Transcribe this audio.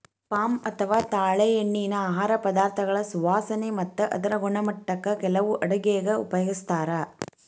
palm ಅಥವಾ ತಾಳೆಎಣ್ಣಿನಾ ಆಹಾರ ಪದಾರ್ಥಗಳ ಸುವಾಸನೆ ಮತ್ತ ಅದರ ಗುಣಮಟ್ಟಕ್ಕ ಕೆಲವು ಅಡುಗೆಗ ಉಪಯೋಗಿಸ್ತಾರ